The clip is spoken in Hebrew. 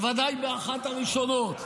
בוודאי באחת הראשונות,